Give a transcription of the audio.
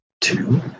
Two